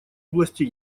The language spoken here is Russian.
области